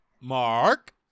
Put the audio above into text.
Mark